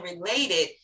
related